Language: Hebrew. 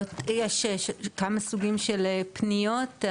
יש כמה סוגים של פניות,